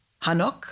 Hanok